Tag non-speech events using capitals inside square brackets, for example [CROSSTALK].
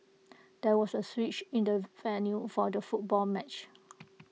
there was A switch in the venue for the football match [NOISE]